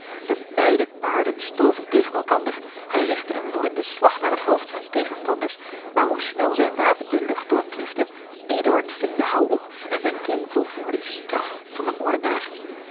de beide paarden stoven tegen elkander hij rigtte een woedenden slag naar het hoofd zijns tegenstanders maar hoe snel zijn wapen de lucht doorkliefde eduard ving den houw op en zijn kling volvoerde de straf van den